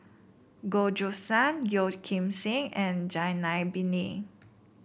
Goh Choo San Yeo Kim Seng and Zainal Abidin